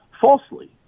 falsely